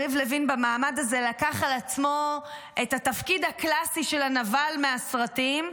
יריב לוין במעמד הזה לקח על עצמו את התפקיד הקלאסי של הנבל מהסרטים,